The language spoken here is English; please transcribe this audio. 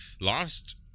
lost